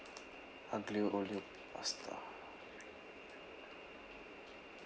aglio olio pasta